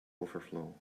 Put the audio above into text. overflow